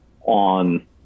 on